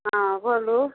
हँ बोलू